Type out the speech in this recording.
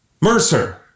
Mercer